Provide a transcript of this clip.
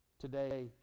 Today